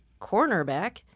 cornerback